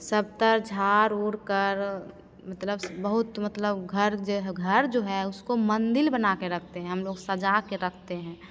सब तरफ झाड़ उड़ कर मतलब बहुत मतलब घर जे ह घर जो है उसको मंदिर बना कर रखते हैं हम लोग सजा कर रखते हैं